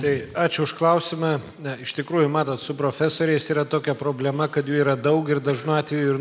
tai ačiū už klausimą na iš tikrųjų matot su profesoriais yra tokia problema kad jų yra daug ir dažnu atveju ir